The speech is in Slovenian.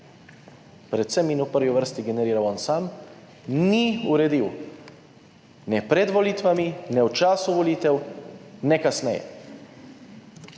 Predvsem in v prvi vrsti generiral on sam: ni jih uredil, ne pred volitvami ne v času volitev ne kasneje.